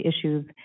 issues